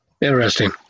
Interesting